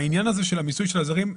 העניין הזה של המיסוי של הזרים,